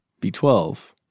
B12